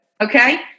Okay